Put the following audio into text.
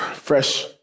fresh